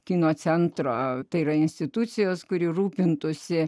kino centro tai yra institucijos kuri rūpintųsi